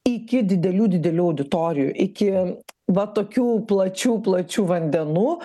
iki didelių didelių auditorijų iki va tokių plačių plačių vandenų